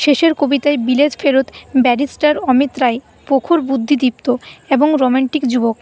শেষের কবিতায় বিলেতফেরত ব্যারিস্টার অমিত রায় প্রখর বুদ্ধিদীপ্ত এবং রোমান্টিক যুবক